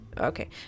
Okay